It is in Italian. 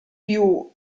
più